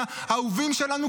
מהאהובים שלנו,